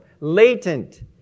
latent